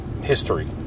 history